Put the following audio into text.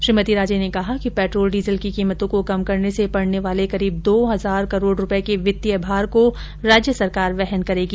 श्रीमती राजे ने कहा कि पेट्रोल डीजल की कीमतों को कम करने से पड़ने वाले करीब दो हजार करोड़ के वित्तीय भार को राज्य सरकार वहन करेगी